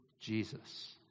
Jesus